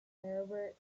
herbert